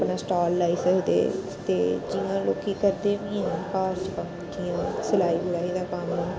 अपना स्टाल लाई सकदे ते जियां लोक केह् करदे घर च कम्म जियां सलाई बुनाई दा कम्म